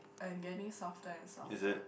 I am getting softer and softer